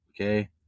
Okay